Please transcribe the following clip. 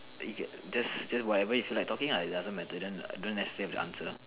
just just whatever you feel like talking lah it doesn't matter don't don't necessarily have to answer